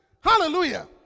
hallelujah